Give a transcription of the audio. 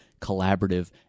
collaborative